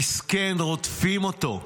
מסכן, רודפים אותו,